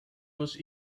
was